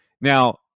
Now